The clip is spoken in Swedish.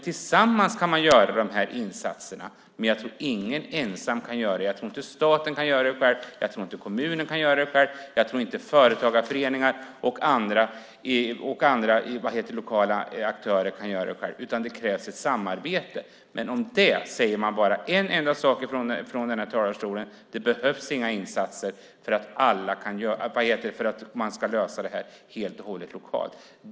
Tillsammans kan man göra de här insatserna. Ingen ensam kan göra det. Jag tror inte att staten ensam kan göra det, jag tror inte att kommunen kan göra det själv. Jag tror inte att företagarföreningar och andra lokala aktörer kan göra det själva. Det krävs ett samarbete, men om det säger man bara en enda sak från talarstolen: Det behövs inga insatser. Det här ska lösas helt och hållet lokalt.